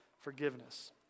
forgiveness